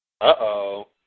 Uh-oh